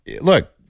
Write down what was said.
look